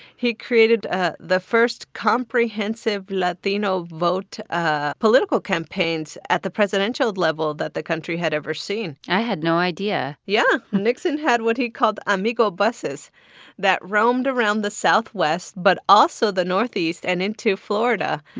he created ah the first comprehensive latino vote ah political campaigns at the presidential level that the country had ever seen i had no idea yeah. nixon had what he called amigo buses that roamed around the southwest but also the northeast and into florida.